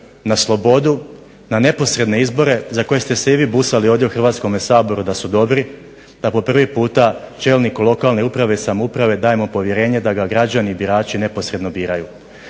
na slobodu, na neposredne izbore za koje ste se i vi busali ovdje u Hrvatskom saboru da su dobri, da po prvi puta čelniku lokalne uprave i samouprave dajemo povjerenje da ga građani birači neposredno biraju.